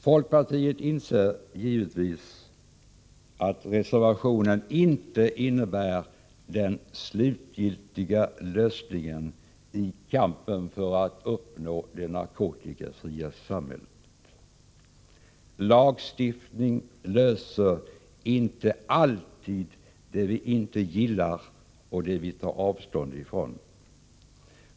Folkpartiet inser givetvis att reservationen inte innebär den slutgiltiga lösningen i kampen för att uppnå det narkotikafria samhället. Lagstiftning är inte alltid lösningen på det vi inte gillar och tar avstånd ifrån.